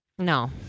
No